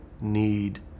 need